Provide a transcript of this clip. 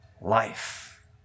life